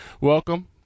welcome